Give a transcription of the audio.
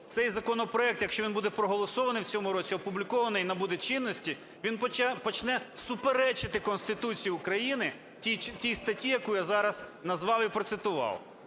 цей законопроект, якщо він буде проголосований в цьому році, опублікований і набуде чинності, він почне суперечити Конституції України, тій статті, яку я зараз назвав і процитував.